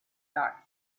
dark